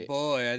boy